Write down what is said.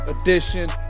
Edition